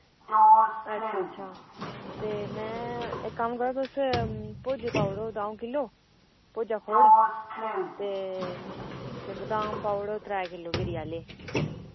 अच्छा अच्छा ते में इक कम्म करो तुस भुर्जा पा उड़ो द'ऊं किलो भुर्जा खोड़ ते बदाम पा उड़ो त्रै किलो गिरी आह्ले